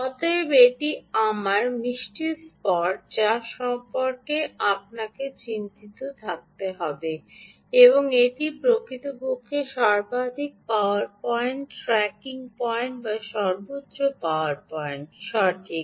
অতএব এটি আমার sweet স্পট যা সম্পর্কে আপনাকে চিন্তিত রাখতে হবে এবং এটি প্রকৃতপক্ষে সর্বাধিক পাওয়ার পয়েন্ট ট্র্যাকিং পয়েন্ট বা সর্বোচ্চ পাওয়ার পয়েন্ট সঠিক